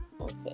Okay